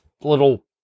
little